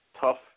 Tough